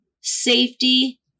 safety